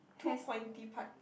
two pointy parts